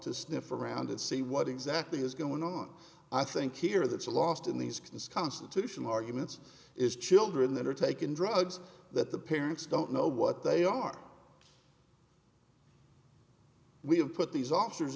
to sniff around and see what exactly is going on i think here that's a lost in these can sconce additional arguments is children that are taking drugs that the parents don't know what they are we have put these officers